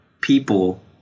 people